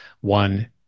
one